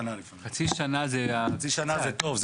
חצי שנה זה טוב.